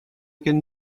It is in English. can